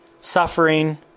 suffering